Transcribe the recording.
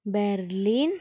Berlin